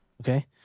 Okay